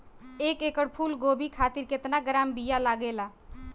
एक एकड़ फूल गोभी खातिर केतना ग्राम बीया लागेला?